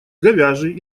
говяжий